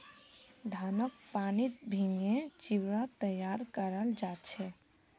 धानक पानीत भिगे चिवड़ा तैयार कराल जा छे